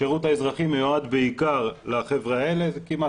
השירות האזרחי מיועד בעיקר לחבר'ה האלה וכמעט